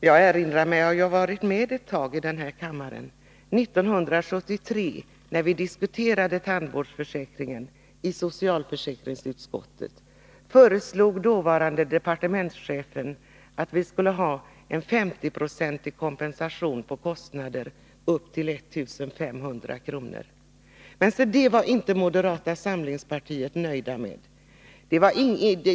Jag har varit med ett tag i den här kammaren, och jag erinrar mig att 1973, när vi diskuterade tandvårdsförsäkringen i socialförsäkringsutskottet, föreslog den dåvarande departementschefen att vi skulle ha en 50-procentig kompensation på kostnader upp till 1 500 kr. Men det var man från moderata samlingspartiets sida inte nöjd med.